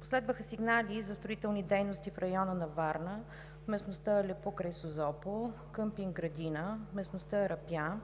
Последваха сигнали и за строителни дейности в района на Варна, в местността Алепу край Созопол, къмпинг „Градина“, местността Арапя,